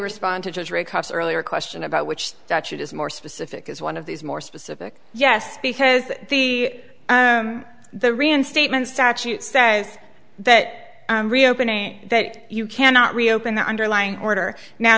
respond to judge or a cop's earlier question about which statute is more specific is one of these more specific yes because the the reinstatement statute says that reopening that you cannot reopen the underlying order now